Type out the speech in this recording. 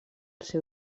seu